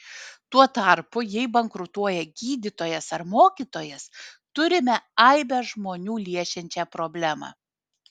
tuo tarpu jei bankrutuoja gydytojas ar mokytojas turime aibę žmonių liečiančią problemą